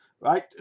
right